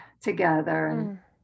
together